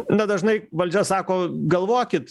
na dažnai valdžia sako galvokit